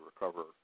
recover